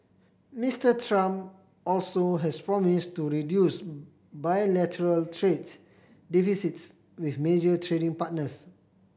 Mister Trump also has promised to reduce bilateral trades deficits with major trading partners